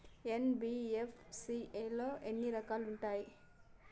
NBFC లో ఎన్ని రకాలు ఉంటాయి?